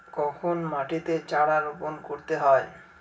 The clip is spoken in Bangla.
কখন মাটিতে চারা রোপণ করতে হয়?